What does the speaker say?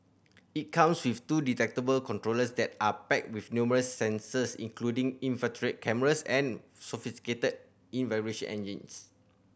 it comes with two detachable controllers that are packed with numerous sensors including infrared cameras and sophisticated in vibration